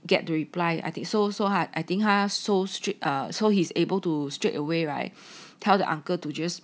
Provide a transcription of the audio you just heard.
get the reply I think so so hard I think so strict err so he's able to straight away right tell the uncle to just